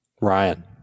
Ryan